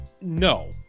No